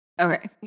Okay